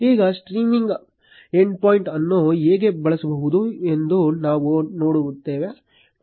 ಈಗ streaming endpoint ಅನ್ನು ಹೇಗೆ ಬಳಸುವುದು ಎಂದು ನಾವು ನೋಡುತ್ತೇವೆ